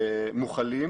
מוכלים,